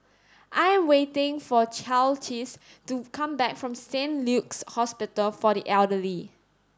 I am waiting for Carlisle to come back from Saint Luke's Hospital for the Elderly